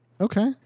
Okay